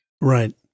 right